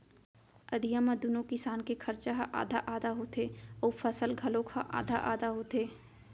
अधिया म दूनो किसान के खरचा ह आधा आधा होथे अउ फसल घलौक ह आधा आधा होथे